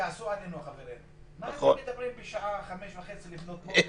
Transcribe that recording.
כעסו עלינו החברים: מה אתם מדברים בשעה 05:30 לפנות בוקר?